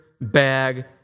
bag